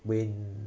wind